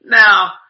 Now